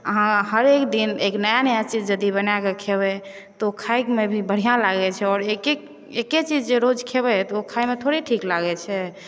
अहाँ हरेक दिन एक नया नया चीज यदि बनाकऽ खेबै तऽ ओ खायमे भी बढ़िआँ लागै छै आओर एके चीज जे रोज खेबै तऽ ओ खायमे थोड़े ठीक लागै छै